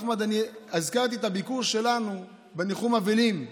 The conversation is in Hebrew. אחמד, אני הזכרתי את הביקור שלנו בניחום אבלים,